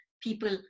people